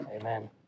Amen